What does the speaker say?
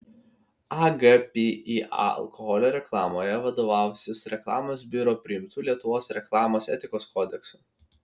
agpįa alkoholio reklamoje vadovausis reklamos biuro priimtu lietuvos reklamos etikos kodeksu